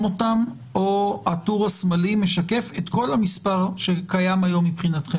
אותם או שהטור השמאלי משקף את כל המספר שקיים היום מבחינתכם?